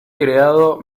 creado